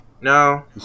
No